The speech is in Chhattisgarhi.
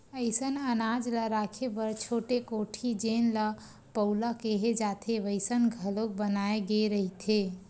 असइन अनाज ल राखे बर छोटे कोठी जेन ल पउला केहे जाथे वइसन घलोक बनाए गे रहिथे